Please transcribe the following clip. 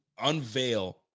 unveil